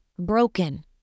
broken